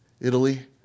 Italy